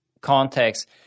context